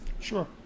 Sure